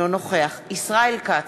אינו נוכח ישראל כץ,